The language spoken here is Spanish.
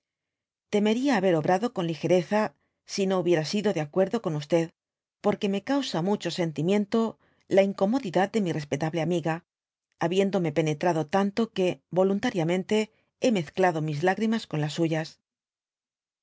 ia haber obrado con ligereza si no hubiera sido de acuerdo con porque me causa mucho sentimiento la incomodidad de mi respetable amiga habiéndome penetrado tantoque voluniariamente hé meadado mis lágrimas con las suyas